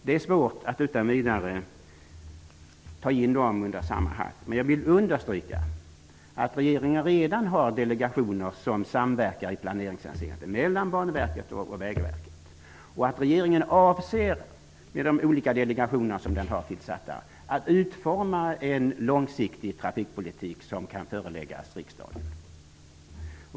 Det är svårt att utan vidare föra dem under samma hatt. Men jag vill understryka att regeringen redan har tillsatt delegationer som samverkar mellan Med de olika delegationer som regeringen har tillsatt avser den att utforma ett förslag till en långsiktig trafikpolitik som kan föreläggas riksdagen.